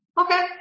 Okay